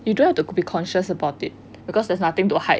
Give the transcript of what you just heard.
you don't have to be conscious about it because there is nothing to hide